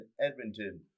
Edmonton